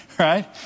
Right